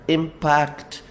impact